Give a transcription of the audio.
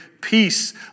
peace